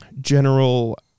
general